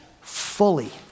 fully